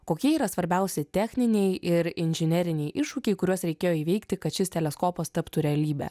kokie yra svarbiausi techniniai ir inžineriniai iššūkiai kuriuos reikėjo įveikti kad šis teleskopas taptų realybe